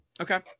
Okay